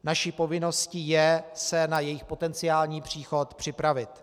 Naší povinností je se na jejich potenciální příchod připravit.